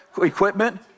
equipment